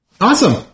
Awesome